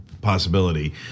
possibility